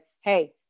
hey